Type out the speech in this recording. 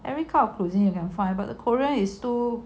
any type of cuisine you can find a korean is too